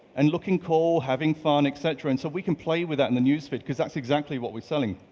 and looking cool, having fun, etc. and so we can play with that in the newsfeed because that's exactly what we're selling.